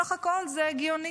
בסך הכול, זה הגיוני.